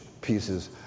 pieces